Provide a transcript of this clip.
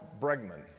Bregman